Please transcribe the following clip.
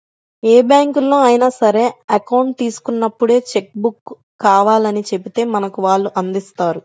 ఏ బ్యాంకులో అయినా సరే అకౌంట్ తీసుకున్నప్పుడే చెక్కు బుక్కు కావాలని చెబితే మనకు వాళ్ళు అందిస్తారు